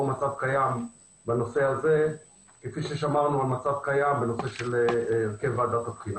מצב קיים בנושא הזה כפי ששמרנו על מצב קיים בנושא של הרכב ועדת הבחינה.